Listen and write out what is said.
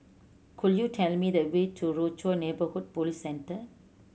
could you tell me the way to Rochor Neighborhood Police Centre